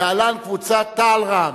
להלן: קבוצת תע"ל-רע"ם,